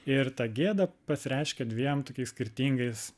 ir ta gėda pasireiškė dviem tokiais skirtingais